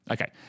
Okay